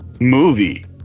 movie